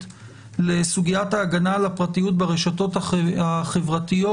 לסוגיית ההגנה על הפרטיות ברשתות החברתיות,